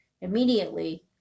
immediately